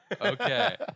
Okay